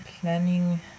planning